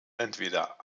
entweder